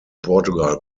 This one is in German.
portugal